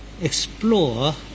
explore